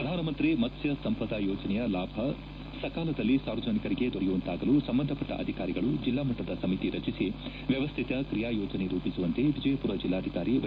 ಪ್ರಧಾನಮಂತ್ರಿ ಮತ್ಲ್ಯ ಸಂಪದ ಯೋಜನೆಯ ಲಾಭ ಸಕಾಲದಲ್ಲಿ ಸಾರ್ವಜನಿಕರಿಗೆ ದೊರೆಯುವಂತಾಗಲು ಸಂಬಂಧಪಟ್ಟ ಅಧಿಕಾರಿಗಳು ಜೆಲ್ಲಾ ಮಟ್ಟದ ಸಮಿತಿ ರಚಿಸಿ ವ್ಯವಸ್ಥಿತ ಕ್ರಿಯಾ ಯೋಜನೆ ರೂಪಿಸುವಂತೆ ವಿಜಯಪುರ ಜೆಲ್ಲಾಧಿಕಾರಿ ವೈ